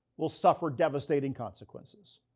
will suffer devastating consequences.